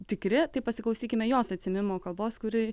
tikri tai pasiklausykime jos atsiėmimo kalbos kuri